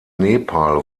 nepal